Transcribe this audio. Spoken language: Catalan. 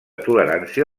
tolerància